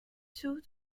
two